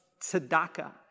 tzedakah